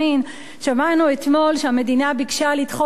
שמענו אתמול שהמדינה ביקשה לדחות בחודש את